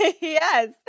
yes